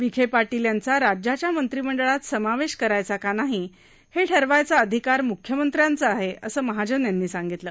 विखे पाटील यांचा राज्याच्या मंत्रिमंडळात समावेश करायचा का नाही हे ठरवायचा अधिकार मुख्यमंत्र्यांचा आहे असं महाजन यांनी सांगितलं